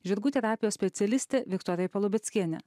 žirgų terapijos specialiste viktorija palubeckiene